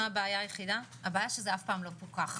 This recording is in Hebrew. הבעיה היא שזה אף פעם לא פוקח.